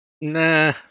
Nah